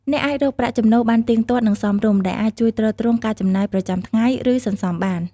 អ្នកអាចរកប្រាក់ចំណូលបានទៀងទាត់ និងសមរម្យ ដែលអាចជួយទ្រទ្រង់ការចំណាយប្រចាំថ្ងៃ ឬសន្សំបាន។